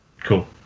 Cool